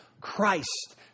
Christ